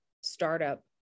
startup